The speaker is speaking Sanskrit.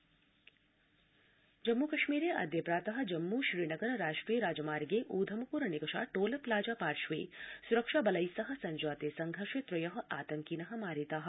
जम्मुकश्मीर संघर्ष जम्मू कश्मीरेऽद्य प्रात जम्मू श्रीनगर राष्ट्रिय राजमार्गे ऊधमपुर निकषा टोल प्लाजा पार्श्वे सुरक्षाबलैस्सह सब्जाते संघर्षे त्रय आतंकिन मारिता